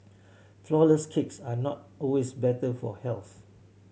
flourless cakes are not always better for health